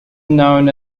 known